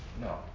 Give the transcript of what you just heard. No